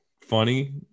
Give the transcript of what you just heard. funny